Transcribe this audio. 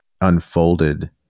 unfolded